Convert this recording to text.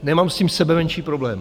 Nemám s tím sebemenší problém.